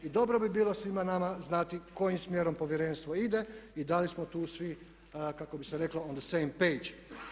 I dobro bi bilo svima nama znati kojim smjerom povjerenstvo ide i da li smo tu svi kako bi se reklo on the same page.